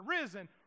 risen